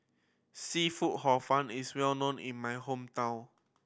seafood Hor Fun is well known in my hometown